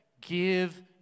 give